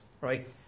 right